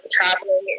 traveling